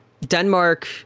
Denmark